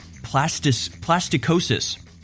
plasticosis